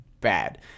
bad